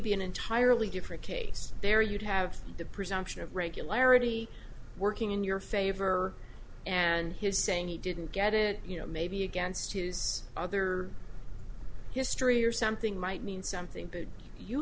be an entirely different case there you'd have the presumption of regularity working in your favor and his saying he didn't get it you know maybe against his other history or something might mean something but you